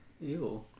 Ew